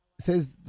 Says